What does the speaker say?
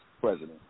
president